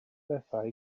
bethau